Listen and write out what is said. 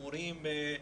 מורים,